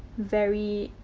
very.